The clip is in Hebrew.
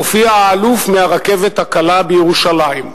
מופיע האלוף מהרכבת הקלה בירושלים,